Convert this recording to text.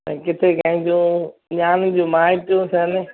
त किते कंहिंजो न्याणी जियूं माइटियूं थियनि